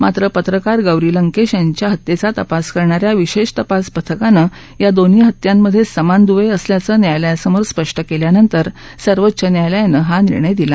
मात्र पत्रकार गौरी लंकेश यांच्या हत्येचा तपास करणा या विशेष तपास पथकानं या दोन्ही हत्यांमध्ये समान दुवे असल्याचं न्यायालयासमोर स्पष्ट केल्यानंतर सर्वोच्च न्यायालयानं हा निर्णय दिला